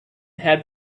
had